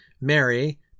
Mary